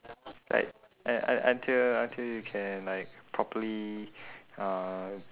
it's like un~ un~ until until you can like properly uh